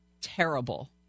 terrible